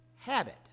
habit